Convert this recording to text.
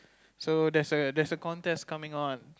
so there's a there's a contest coming on